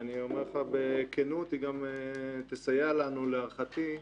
ואני אומר לך בכנות, היא גם תסייע לנו, להערכתי,